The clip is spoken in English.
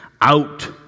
out